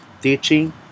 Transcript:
teaching